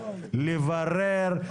לברר,